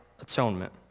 atonement